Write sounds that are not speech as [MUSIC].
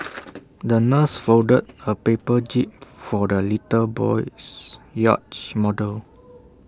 [NOISE] the nurse folded A paper jib for the little boy's yacht model